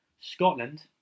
Scotland